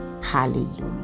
Hallelujah